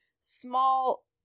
small